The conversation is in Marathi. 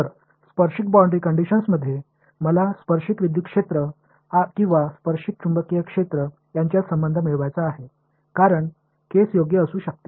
तर स्पर्शिक बाउंड्री कंडिशनमध्ये मला स्पर्शिक विद्युत क्षेत्र किंवा स्पर्शिक चुंबकीय क्षेत्र यांच्यात संबंध मिळवायचा आहे कारण केस योग्य असू शकते